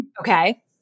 Okay